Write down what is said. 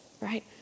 right